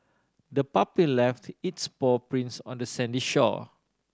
the puppy left its paw prints on the sandy shore